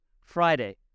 Friday